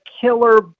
killer